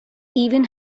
even